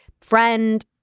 friend